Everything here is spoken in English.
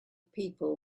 people